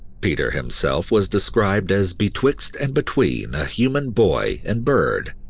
peter himself was described as, betwixt and between a human boy and bird,